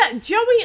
Joey